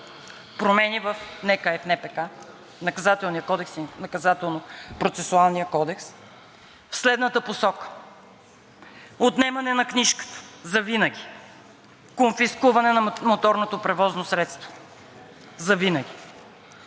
кодекс и в Наказателно-процесуалния кодекс, в следната посока: отнемане на книжката завинаги, конфискуване на моторното превозно средство завинаги,